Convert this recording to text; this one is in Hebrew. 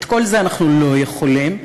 את כל זה אנחנו לא יכולים לעשות.